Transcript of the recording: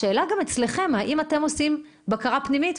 השאלה גם אצלכם: האם אתם עושים בקרה פנימית,